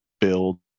build